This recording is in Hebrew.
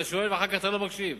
אתה שואל ואתה לא מקשיב.